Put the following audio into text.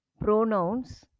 pronouns